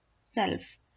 self